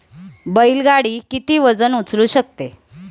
बैल गाडी किती वजन उचलू शकते?